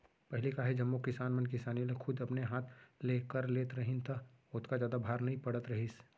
पहिली का हे जम्मो किसान मन किसानी ल खुद अपने हाथ ले कर लेत रहिन त ओतका जादा भार नइ पड़त रहिस